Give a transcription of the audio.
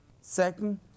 Second